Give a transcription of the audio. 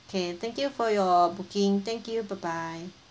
okay thank you for your booking thank you bye bye